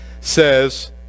says